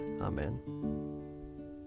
Amen